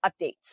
updates